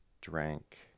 drank